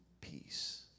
peace